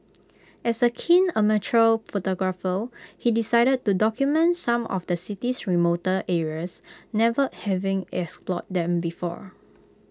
as A keen amateur photographer he decided to document some of the city's remoter areas never having explored them before